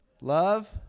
Love